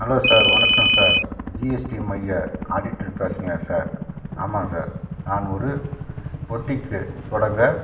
hello sir வணக்கம் sir GST மைய auditor பேசுகிறீங்களா சார் ஆமாம் சார் நான் ஒரு பொட்டிக்கு தொடங்க